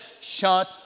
shut